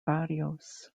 barrios